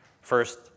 first